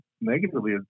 negatively